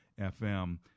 FM